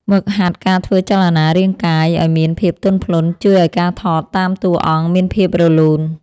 ហ្វឹកហាត់ការធ្វើចលនារាងកាយឱ្យមានភាពទន់ភ្លន់ជួយឱ្យការថតតាមតួអង្គមានភាពរលូន។